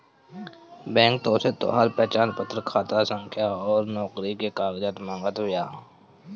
bank तोहसे तोहार पहचानपत्र, खाता संख्या अउरी नोकरी कअ कागज मांगत बिया